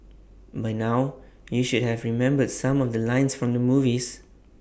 by now you should have remembered some of the lines from the movies